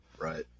Right